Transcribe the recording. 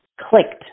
clicked